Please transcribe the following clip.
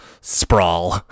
sprawl